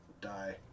die